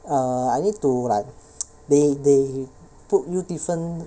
err I need to like they they put you different